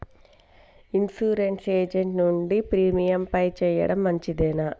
Insurance agent నుండి premium pay చేయడం మంచిదేనా?